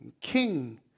King